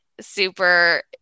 super